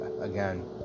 Again